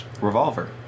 Revolver